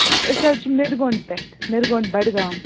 أسۍ حظ چھِ مِرگونٛڈ پٮ۪ٹھ مِرگونٛڈ بَڈگام